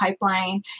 pipeline